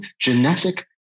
genetic